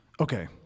Okay